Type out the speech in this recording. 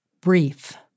brief